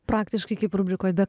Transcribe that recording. praktiškai kaip rubrikoj be